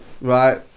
right